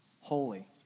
holy